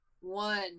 One